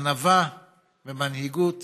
ענווה ומנהיגות